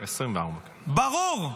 2024. ברור,